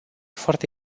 foarte